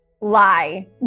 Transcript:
lie